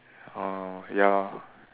mm ya